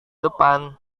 depan